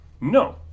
No